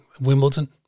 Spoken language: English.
Wimbledon